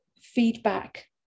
feedback